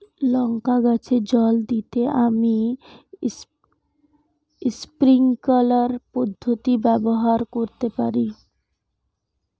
লঙ্কা গাছে জল দিতে আমি স্প্রিংকলার পদ্ধতি ব্যবহার করতে পারি?